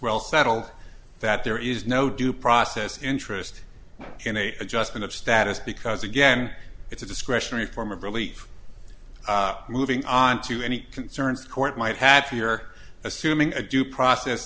settled that there is no due process interest in a adjustment of status because again it's a discretionary form of relief moving on to any concerns court might happy or assuming a due process